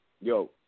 Yo